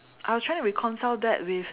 I was trying to reconcile that with